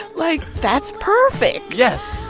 and like, that's perfect yes.